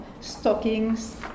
stockings